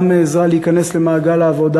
וגם עזרה להיכנס למעגל העבודה,